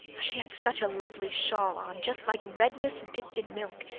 she had such a lovely shawl on, just like redness dipped in milk,